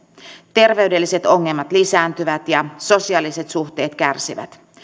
terveydelliset ongelmat lisääntyvät ja sosiaaliset suhteet kärsivät